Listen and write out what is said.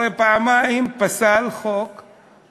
הרי פעמיים הוא פסל את חוק המסתננים,